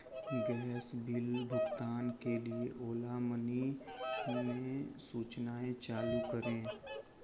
gas bill भुगतान के लिए ओला मनी में सूचनाएँ चालू करें